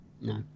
No